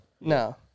No